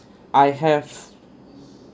I have